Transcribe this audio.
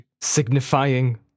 signifying